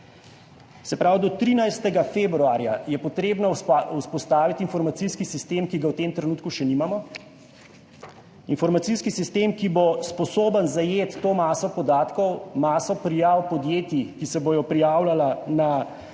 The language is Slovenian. Se pravi, do 13. februarja je potrebno vzpostaviti informacijski sistem, ki ga v tem trenutku še nimamo. Informacijski sistem, ki bo sposoben zajeti to maso podatkov, maso prijav podjetij, ki se bodo prijavljala za to